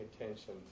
attention